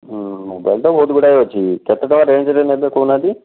ହଁ ମୋବାଇଲ୍ ତ ବହୁତ ଗୁଡ଼ାଏ ଅଛି କେତେ ଟଙ୍କା ରେଞ୍ଜ୍ରେ ନେବେ କହୁନାହାନ୍ତି